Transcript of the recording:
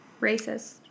racist